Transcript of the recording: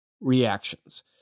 reactions